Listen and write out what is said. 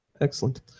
Excellent